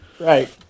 Right